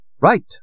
Right